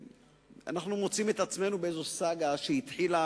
אנחנו מוצאים את עצמנו באיזו סאגה שהתחילה